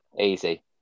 Easy